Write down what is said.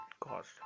cost